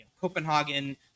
Copenhagen